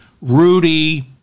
Rudy